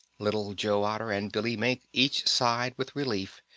little joe otter and billy mink each sighed with relief,